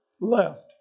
left